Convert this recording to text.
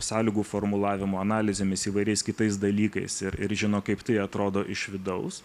sąlygų formulavimo analizėmis įvairiais kitais dalykais ir ir žino kaip tai atrodo iš vidaus